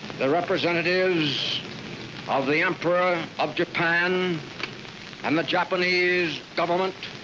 the representatives of the emperor of japan and the japanese government